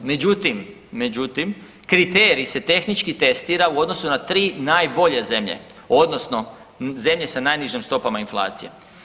Međutim, međutim, kriterij se tehnički testira u odnosu na 3 najbolje zemlje odnosno zemlje sa najnižim stopama inflacije.